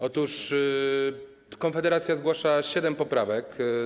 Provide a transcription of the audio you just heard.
Otóż Konfederacja zgłasza siedem poprawek.